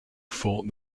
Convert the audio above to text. fought